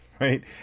right